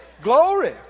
Glory